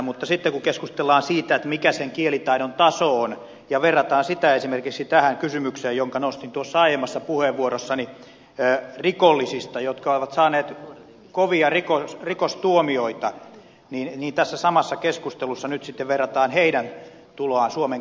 mutta sitten kun keskustellaan siitä mikä sen kielitaidon taso on ja verrataan sitä esimerkiksi tähän kysymykseen jonka nostin tuossa aiemmassani puheenvuorossani rikollisista jotka ovat saaneet kovia rikostuomioita niin tässä samassa keskustelussa nyt sitten verrataan heidän tuloaan suomen kansalaisiksi